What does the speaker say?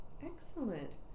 Excellent